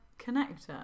connector